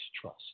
trust